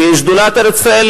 כשדולת ארץ-ישראל,